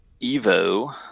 Evo